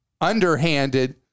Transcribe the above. underhanded